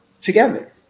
together